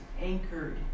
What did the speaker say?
anchored